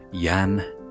Jan